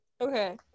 Okay